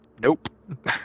nope